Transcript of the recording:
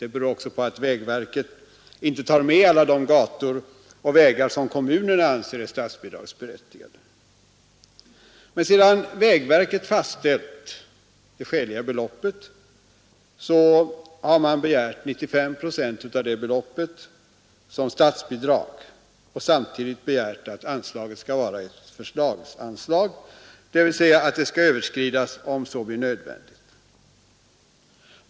Det beror också på att vägverket inte tar med alla de gator och vägar som kommunerna anser vara statsbidragsberättigade. Sedan vägverket fastställt det skäliga beloppet, har verket begärt 95 procent av detta belopp såsom statsbidrag och samtidigt begärt att anslaget skall vara ett förslagsanslag, dvs. att det skall kunna överskridas om så blir nödvändigt.